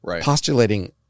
postulating